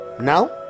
Now